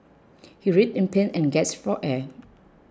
he writhed in pain and gasped for air